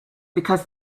because